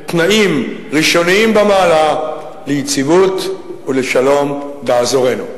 תנאים ראשוניים במעלה ליציבות ושלום באזורנו.